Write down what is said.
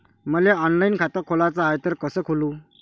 मले ऑनलाईन खातं खोलाचं हाय तर कस खोलू?